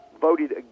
voted